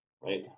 Right